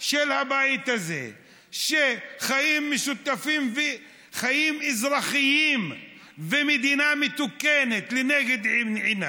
של הבית הזה שחיים משותפים וחיים אזרחיים ומדינה מתוקנת לנגד עיניהם,